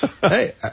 Hey